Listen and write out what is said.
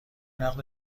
نقد